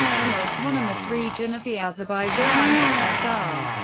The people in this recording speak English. an autonomous region of the azerbaijan ssr.